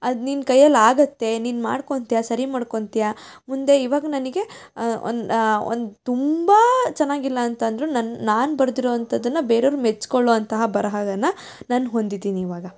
ಅದು ನಿನ್ನ ಕೈಯಲ್ಲಿ ಆಗುತ್ತೆ ನೀನ್ ಮಾಡ್ಕೊತಿಯಾ ಸರಿ ಮಾಡ್ಕೊತಿಯಾ ಮುಂದೆ ಇವಾಗ ನನಗೆ ಒಂದು ಒಂದು ತುಂಬ ಚೆನ್ನಾಗಿಲ್ಲ ಅಂತಂದರೂ ನನ್ನ ನಾನು ಬರ್ದಿರೋವಂತದ್ದನ್ನ ಬೇರೆಯವ್ರು ಮೆಚ್ಚಿಕೊಳ್ಳೋವಂತಹ ಬರಹವನ್ನು ನಾನು ಹೊಂದಿದ್ದೀನಿ ಇವಾಗ